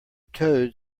toad